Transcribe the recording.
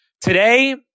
today